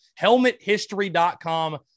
HelmetHistory.com